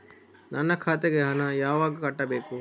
ನನ್ನ ಖಾತೆಗೆ ಹಣ ಯಾವಾಗ ಕಟ್ಟಬೇಕು?